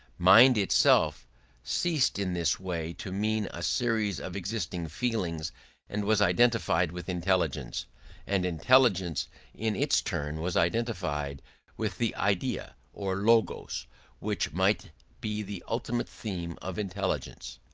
mind itself ceased in this way to mean a series of existing feelings and was identified with intelligence and intelligence in its turn was identified with the idea or logos which might be the ultimate theme of intelligence.